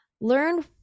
learn